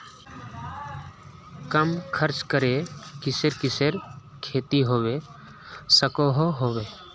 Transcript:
कम खर्च करे किसेर किसेर खेती होबे सकोहो होबे?